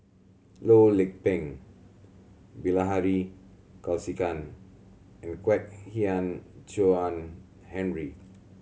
Loh Lik Peng Bilahari Kausikan and Kwek Hian Chuan Henry